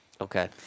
Okay